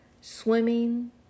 swimming